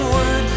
Word